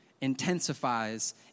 intensifies